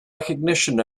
recognition